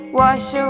wash